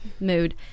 mood